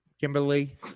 Kimberly